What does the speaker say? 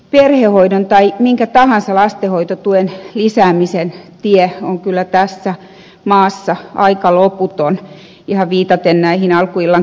perhehoidon tai minkä tahansa lastenhoitotuen lisäämisen tie on kyllä tässä maassa aika loputon ihan viitaten näihin alkuillan keskusteluihin